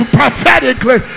prophetically